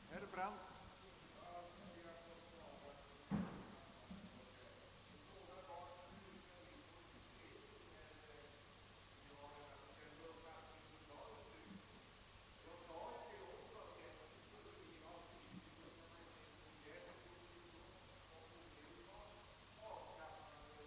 Herr talman! Jag skall fatta mig kort.